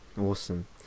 awesome